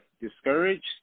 discouraged